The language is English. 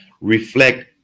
reflect